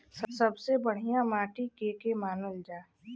सबसे बढ़िया माटी के के मानल जा?